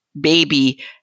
baby